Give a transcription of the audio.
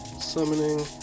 summoning